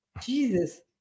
jesus